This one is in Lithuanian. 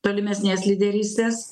tolimesnės lyderystės